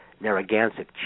Narragansett